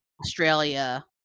Australia